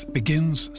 begins